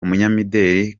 umunyamideli